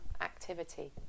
activity